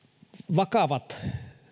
vakavat